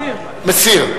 מסיר.